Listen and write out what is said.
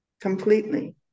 completely